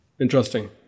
Interesting